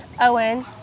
Owen